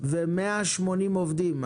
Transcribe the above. ו-180 עובדים.